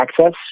access